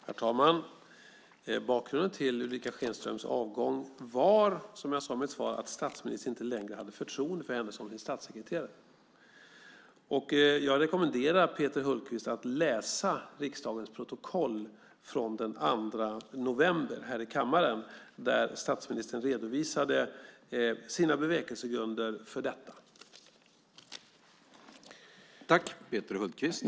Herr talman! Bakgrunden till Ulrica Schenströms avgång var, som jag sade i mitt svar, att statsministern inte längre hade förtroende för henne som sin statssekreterare. Jag rekommenderar Peter Hultqvist att läsa riksdagens protokoll från kammaren den 2 november, då statsministern redovisade sina bevekelsegrunder för detta.